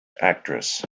actress